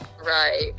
Right